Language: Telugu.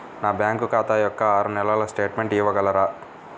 నా బ్యాంకు ఖాతా యొక్క ఆరు నెలల స్టేట్మెంట్ ఇవ్వగలరా?